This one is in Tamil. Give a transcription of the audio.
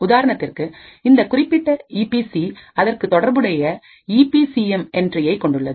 உதாரணத்திற்கு இந்த குறிப்பிட்ட ஈபிபிசி அதற்கு தொடர்புடைய ஈபி சிஎம் என்ட்ரியை கொண்டுள்ளது